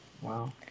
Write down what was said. Wow